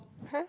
!huh!